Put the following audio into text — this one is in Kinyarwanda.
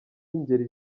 b’ingeri